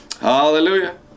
Hallelujah